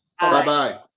Bye-bye